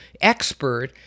expert